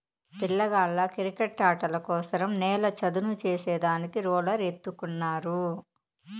పిల్లగాళ్ళ కిరికెట్టాటల కోసరం నేల చదును చేసే దానికి రోలర్ ఎత్తుకున్నారు